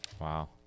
Wow